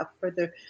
further